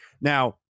Now